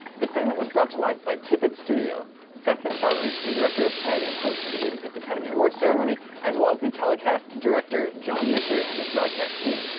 the segment was brought to life by tippett studio, seth macfarlane the director of ted and host of the eighty fifth academy awards ceremony, as well as the telecast's director don mischer and his broadcast team.